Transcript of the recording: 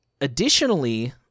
additionally